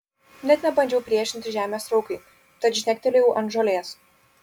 net nebandžiau priešintis žemės traukai tad žnektelėjau ant žolės